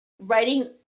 writing